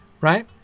right